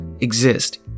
exist